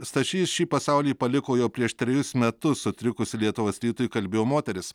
stašys šį pasaulį paliko jau prieš trejus metus sutrikusi lietuvos rytui kalbėjo moteris